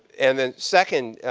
and then second,